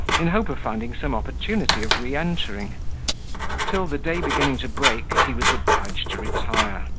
in hope of finding some opportunity of re-entering till the day beginning to break, he was obliged to retire,